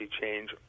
change